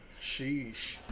Sheesh